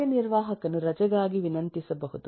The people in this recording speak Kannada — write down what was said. ಕಾರ್ಯನಿರ್ವಾಹಕನು ರಜೆಗಾಗಿ ವಿನಂತಿಸಬಹುದು